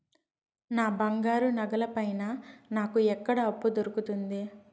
నా బంగారు నగల పైన నాకు ఎక్కడ అప్పు దొరుకుతుంది